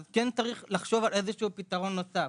אז כן צריך לחשוב על איזה שהוא פתרון נוסף.